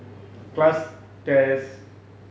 class test